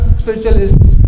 spiritualists